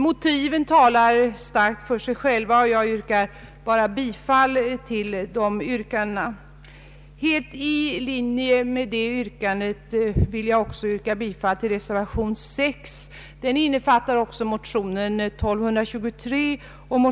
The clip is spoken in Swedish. Motiven talar starkt för sig själva, och jag yrkar bifall till reservationen.